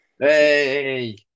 Hey